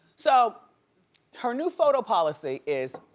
so her new photo policy is.